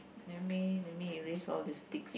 let me let me erase all this ticks